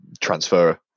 transfer